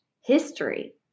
history